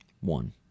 One